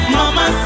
mama